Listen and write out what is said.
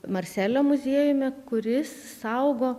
marselio muziejumi kuris saugo